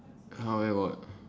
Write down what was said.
!huh! where got